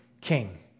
king